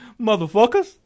motherfuckers